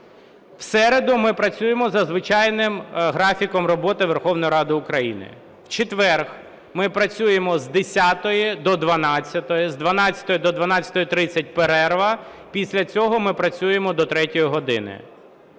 В середу ми працюємо за звичайним графіком роботи Верховної Ради України. В четвер ми працюємо з 10-ї до 12-ї, з 12-ї до 12:30 – перерва, після цього ми працюємо до третьої години.